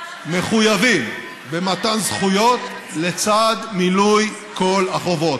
מחויבים במתן זכויות לצד מילוי כל החובות.